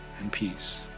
and peace.